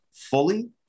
fully